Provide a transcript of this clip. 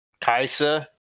Kaisa